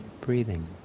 breathing